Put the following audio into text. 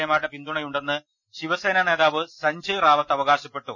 A മാരുടെ പിന്തുണയുണ്ടെന്ന് ശിവസേന നേതാവ് സഞ്ജയ് റാവത്ത് അവകാശപ്പെട്ടു